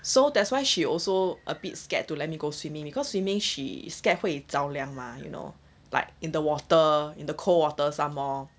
so that's why she also a bit scared to let me go swimming because swimming she scared 会着凉 mah you know like in the water in the cold water some more